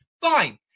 Fine